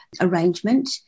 arrangement